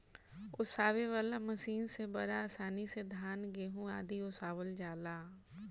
ओसावे वाला मशीन से बड़ा आसानी से धान, गेंहू आदि ओसावल जाला